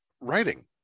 writing